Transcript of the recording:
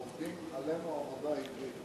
עובדים עלינו עבודה עברית.